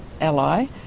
ally